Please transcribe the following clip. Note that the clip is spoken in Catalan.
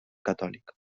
catòlic